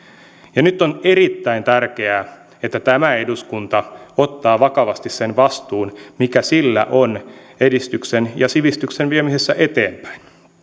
nyt on erittäin tärkeää että tämä eduskunta ottaa vakavasti sen vastuun mikä sillä on edistyksen ja sivistyksen viemisessä eteenpäin